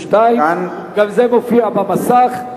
32); גם זה מופיע על המסך.